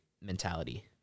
mentality